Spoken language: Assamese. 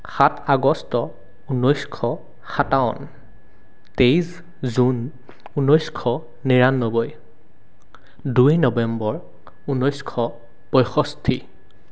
সাত আগষ্ট ঊনৈছশ সাতাৱন্ন তেইছ জুন ঊনৈছশ নিৰান্নব্বৈ দুই নৱেম্বৰ ঊনৈছশ পঁয়ষষ্ঠি